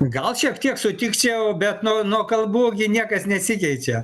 gal šiek tiek sutikčiau bet nu nuo kalbų gi niekas nesikeičia